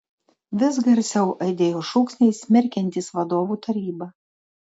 vis garsiau aidėjo šūksniai smerkiantys vadovų tarybą